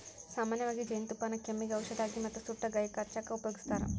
ಸಾಮನ್ಯವಾಗಿ ಜೇನುತುಪ್ಪಾನ ಕೆಮ್ಮಿಗೆ ಔಷದಾಗಿ ಮತ್ತ ಸುಟ್ಟ ಗಾಯಕ್ಕ ಹಚ್ಚಾಕ ಉಪಯೋಗಸ್ತಾರ